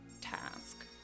task